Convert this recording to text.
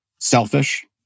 selfish